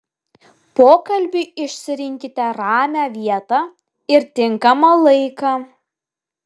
pokalbiui išsirinkite ramią vietą ir tinkamą laiką